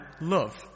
love